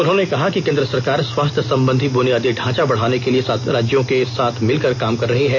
उन्होंने कहा कि केन्द्र सरकार स्वास्थ्य संबंधी बुनियादी ढांचा बढ़ाने के लिए राज्यों के साथ मिलकर काम कर रही है